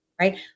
right